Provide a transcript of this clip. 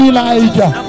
Elijah